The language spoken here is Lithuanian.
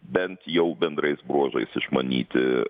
bent jau bendrais bruožais išmanyti